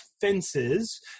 fences